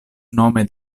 nome